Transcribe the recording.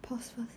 pause first